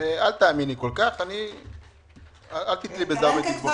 אל תאמינו כל כך, אל תתלי בזה הרבה תקוות.